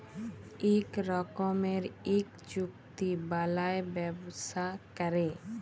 ইক রকমের ইক চুক্তি বালায় ব্যবসা ক্যরে